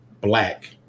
black